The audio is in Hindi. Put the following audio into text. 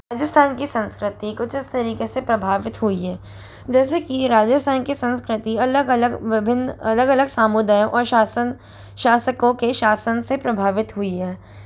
राजस्थान की संस्कृति कुछ इस तरीके से प्रभावित हुई है जैसे की राजस्थान की संस्कृति अलग अलग विभिन्न अलग अलग सामुदायों और शासन शासकों के शासन से प्रभावित हुई है